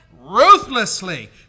ruthlessly